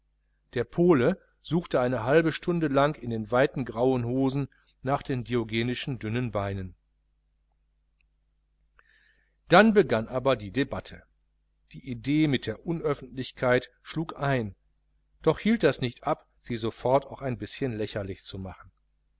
der pole suchte eine halbe stunde lang in den weiten grauen hosen nach den diogenischen dünnen beinen dann begann aber die debatte die idee mit der unöffentlichkeit schlug ein doch hielt das nicht ab sie sofort auch ein bischen lächerlich zu machen